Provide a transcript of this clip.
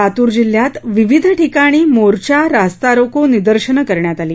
लातूर जिल्ह्यात विविध ठिकाणी मोर्चा रास्ता रोको निदर्शने करण्यात आली